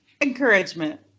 encouragement